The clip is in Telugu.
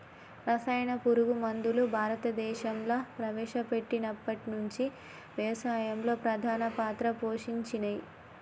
రసాయన పురుగు మందులు భారతదేశంలా ప్రవేశపెట్టినప్పటి నుంచి వ్యవసాయంలో ప్రధాన పాత్ర పోషించినయ్